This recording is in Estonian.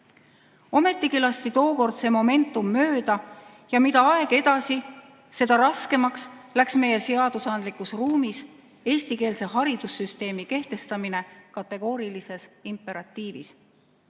Ometi lasti tookord see momentum mööda ja mida aeg edasi, seda raskemaks läks meie seadusandlikus ruumis eestikeelse haridussüsteemi kehtestamine kategoorilises imperatiivis.